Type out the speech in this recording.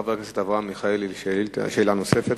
חבר הכנסת אברהם מיכאלי, שאלה נוספת.